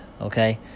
okay